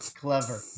Clever